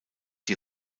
die